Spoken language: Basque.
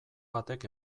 batek